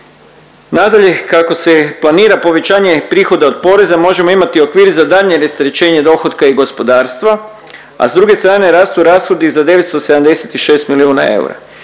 Nadalje, kako se planira povećanje prihoda od poreza možemo imati okvir za daljnje rasterećenje dohotka i gospodarstva, a s druge strane rastu rashodi za 976 milijuna eura